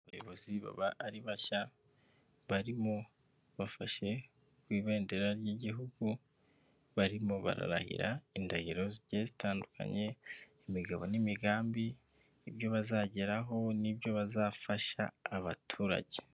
Abayobozi bashya bafashe kw'ibendera ry'igihugu, barimo bararahira indahiro zigiye zitandukanye, imigabo n'imigambi ibyo bazageraho, n'ibyo bazafasha abaturage.